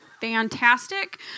fantastic